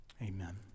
Amen